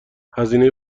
هزینه